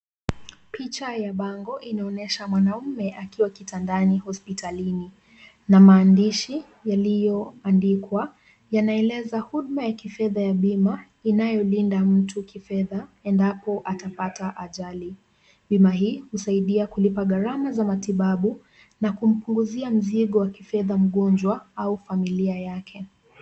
Picha ya bango inaonyesha mwanaume akiwa kitandani hospitalini na maandishi yaliyoandikwa, yanaeleza huduma ya kifedha ya bima, inayolinda mtu kifedha endapo atapata ajali, bima hii husaidia kulipa gharama za matibabu na kumpunguzia mzigo wa kifedha mgonjwa au familia yake.